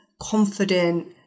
confident